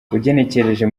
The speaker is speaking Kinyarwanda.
ugenekereje